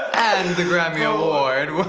and the grammy award